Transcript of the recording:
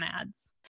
ads